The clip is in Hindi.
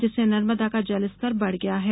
जिससे नर्मदा का जलस्तर बढ़ गया है